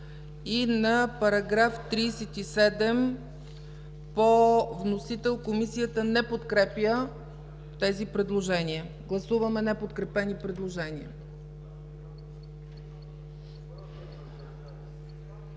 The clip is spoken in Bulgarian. и § 37 по вносител. Комисията не подкрепя тези предложения. Гласуваме неподкрепени предложения.